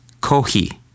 kohi